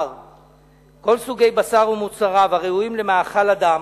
כל סוגי בשר ומוצריו הראויים למאכל אדם,